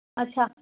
अछा